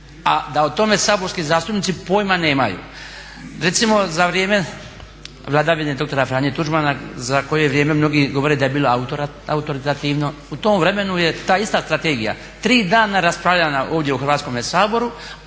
a da o tome saborski zastupnici pojma nemaju. Recimo za vrijeme vladavine doktora Franje Tuđmana za koje vrijeme mnogi govore da je bilo autoritativno, u tom vremenu je ta ista strategija tri dana raspravljana ovdje u Hrvatskom saboru